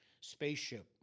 spaceship